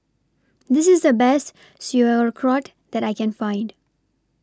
This IS The Best Sauerkraut that I Can Find